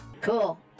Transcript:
Cool